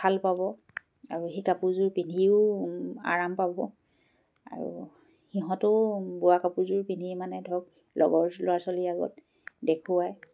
ভাল পাব আৰু সেই কাপোৰযোৰ পিন্ধিও আৰাম পাব আৰু সিহঁতেও বোৱা কাপোৰযোৰ পিন্ধি মানে ধৰক লগৰ ল'ৰা ছোৱালীৰ আগত দেখুৱাই